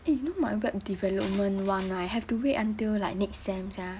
eh you know my web development one right have to wait until next time sia